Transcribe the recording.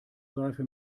seife